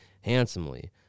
handsomely